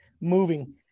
moving